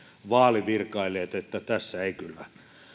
vaalivirkailijat niin että tässä ei kyllä